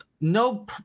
no